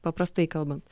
paprastai kalbant